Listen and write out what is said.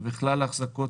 וכלל החזקות